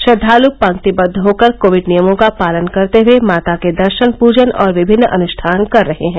श्रद्वाल् पंक्तिबद्व होकर कोविड नियमों का पालन करते हुए माता के दर्शन पूजन और विभिन्न अनुष्ठान कर रहे हैं